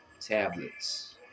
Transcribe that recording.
tablets